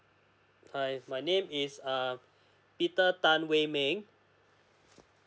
hi my name is err peter tan wei ming